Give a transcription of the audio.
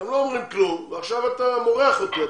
אתם לא אומרים כלום ועכשיו אתה מורח אותי,